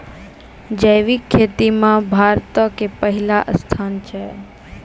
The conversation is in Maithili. जैविक खेती मे भारतो के पहिला स्थान छै